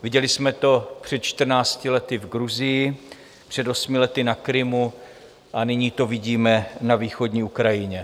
Viděli jsme to před čtrnácti lety v Gruzii, před osmi lety na Krymu a nyní to vidíme na východní Ukrajině.